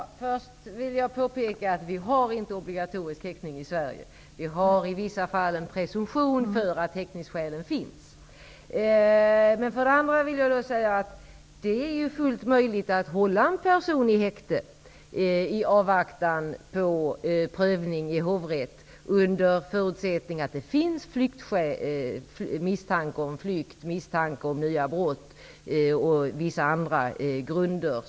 Herr talman! För det första vill jag påpeka att vi inte har obligatorisk häktning i Sverige. Vi har i vissa fall en presumtion för häktningsskäl. För det andra vill jag säga att det är fullt möjligt att hålla en person i häkte i avvaktan på prövning i hovrätten, under förutsättning att det finns misstanke om flykt och nya brott och på vissa andra grunder.